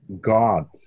God